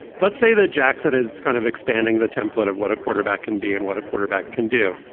let's say the jackson as it's kind of expanding the template of what a quarterback can be and what a quarterback can do.